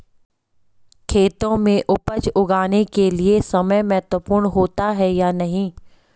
खेतों में उपज उगाने के लिये समय महत्वपूर्ण होता है या नहीं?